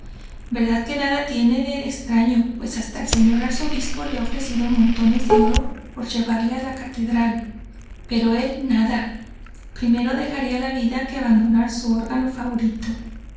verdad que nada tiene de extraño pues hasta el señor arzobispo le ha ofrecido montes de oro por llevarle á la catedral pero él nada primero dejaría la vida que abandonar su órgano favorito